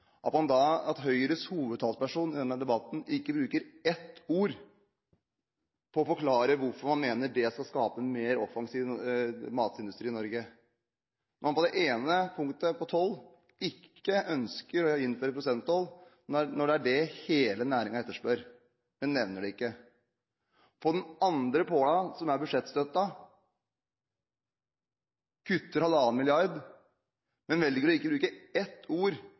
at Høyres hovedtalsperson i denne debatten ikke bruker ett ord på å forklare hvorfor man mener at det skal skape en mer offensiv matindustri i Norge, når man på det ene punktet, på toll, ikke ønsker å innføre prosenttoll, når det er det hele næringen etterspør. Man nevner det ikke. Når det gjelder den andre stolpen, som er budsjettstøtten, kutter man halvannen milliard, men velger å ikke si et ord